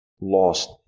lost